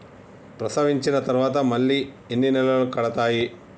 ప్రసవించిన తర్వాత మళ్ళీ ఎన్ని నెలలకు కడతాయి?